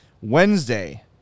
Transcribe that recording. Wednesday